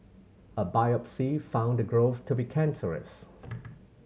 a biopsy found the growth to be cancerous